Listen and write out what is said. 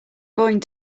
going